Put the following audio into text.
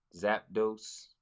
Zapdos